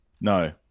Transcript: no